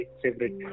favorite